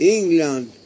England